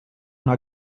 una